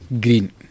green